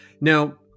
Now